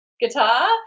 guitar